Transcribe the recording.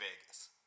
Vegas